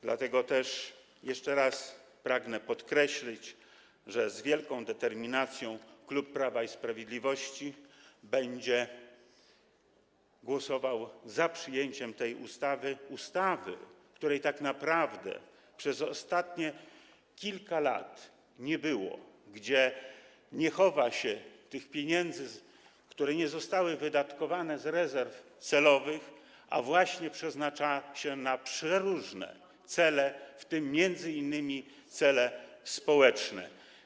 Dlatego też jeszcze raz pragnę podkreślić, że z wielką determinacją klub Prawa i Sprawiedliwości będzie głosował za przyjęciem tej ustawy, ustawy, jakiej tak naprawdę przez ostatnie kilka lat nie było, gdzie nie chowa się tych pieniędzy, które nie zostały wydatkowane z rezerw celowych, a właśnie przeznacza się je na przeróżne cele, w tym m.in. cele społeczne.